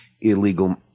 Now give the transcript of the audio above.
illegal